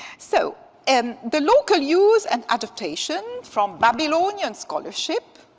so and the local use and adaptation from babylonian scholarship,